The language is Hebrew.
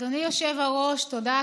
אדוני היושב-ראש, תודה.